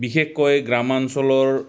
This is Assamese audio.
বিশেষকৈ গ্ৰাম্যাঞ্চলৰ